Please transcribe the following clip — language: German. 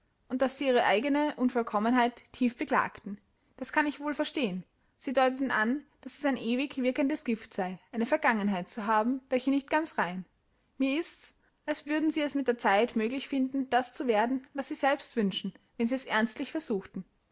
und daß sie ihre eigene unvollkommenheit tief beklagten das kann ich wohl verstehen sie deuteten an daß es ein ewig wirkendes gift sei eine vergangenheit zu haben welche nicht ganz rein mir ist's als würden sie es mit der zeit möglich finden das zu werden was sie selbst wünschen wenn sie es ernstlich versuchten